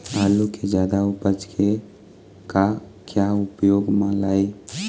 आलू कि जादा उपज के का क्या उपयोग म लाए?